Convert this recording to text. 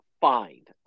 find